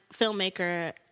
filmmaker